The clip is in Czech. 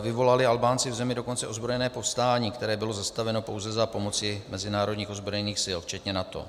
vyvolali Albánci v zemi dokonce ozbrojené povstání, které bylo zastaveno pouze za pomoci mezinárodních ozbrojených sil včetně NATO.